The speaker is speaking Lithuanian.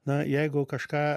na jeigu kažką